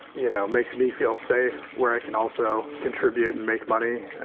you know, makes me feel safe where i can also contribute and make money.